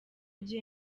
gihe